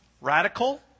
Radical